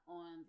on